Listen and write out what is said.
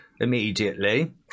immediately